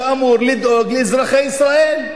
שאמור לדאוג לאזרחי ישראל.